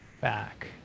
back